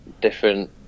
different